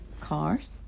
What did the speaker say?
cars